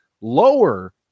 lower